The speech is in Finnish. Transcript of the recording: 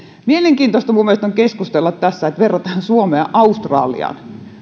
mielenkiintoista minun mielestäni tässä keskustelussa on että verrataan suomea australiaan